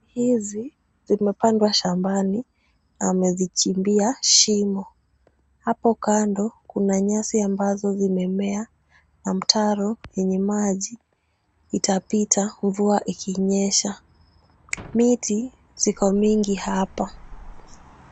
Ndizi zimepandwa shambani na amezichimbia shimo. Hapo kando kuna nyasi zimemea na mtaro kwenye maji itapita mvua ikinyesha. Miti ziko mingi hapa.